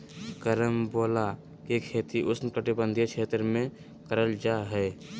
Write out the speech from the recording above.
carambola के खेती उष्णकटिबंधीय क्षेत्र में करल जा हय